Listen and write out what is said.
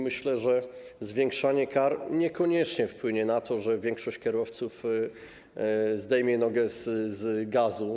Myślę, że zwiększanie kar niekoniecznie wpłynie na to, czy większość kierowców zdejmie nogę z gazu.